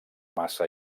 massa